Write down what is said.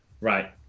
Right